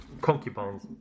concubines